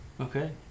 Okay